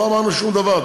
לא אמרנו שום דבר.